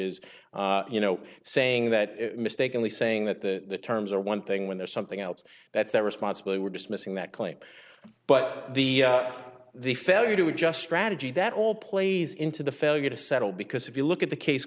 is you know saying that mistakenly saying that the terms are one thing when there's something else that's that responsibly were dismissing that claim but the the failure to adjust strategy that all plays into the failure to settle because if you look at the case